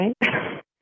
right